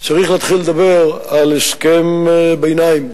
צריך להתחיל לדבר על הסכם ביניים.